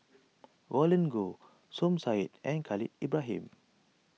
Roland Goh Som Said and Khalil Ibrahim